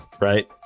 right